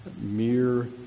Mere